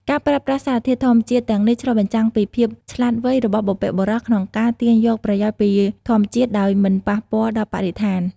ការប្រើប្រាស់សារធាតុធម្មជាតិទាំងនេះឆ្លុះបញ្ចាំងពីភាពឆ្លាតវៃរបស់បុព្វបុរសក្នុងការទាញយកប្រយោជន៍ពីធម្មជាតិដោយមិនប៉ះពាល់ដល់បរិស្ថាន។